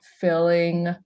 filling